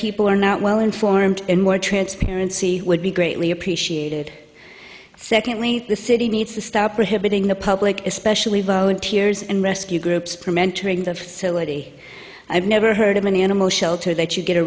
people are not well informed and more transparency would be greatly appreciated secondly the city needs to stop prohibiting the public especially volunteers and rescue groups from entering the facility i've never heard of an animal shelter that you get